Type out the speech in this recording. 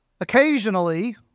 occasionally